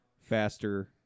faster